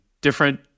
different